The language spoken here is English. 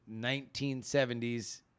1970s